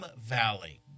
Valley